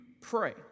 pray